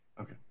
Okay